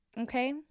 Okay